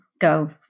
go